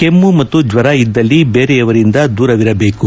ಕೆಮ್ಮು ಮತ್ತು ಜ್ವರ ಇದ್ದಲ್ಲಿ ಬೇರೆಯವರಿಂದ ದೂರವಿರಬೇಕು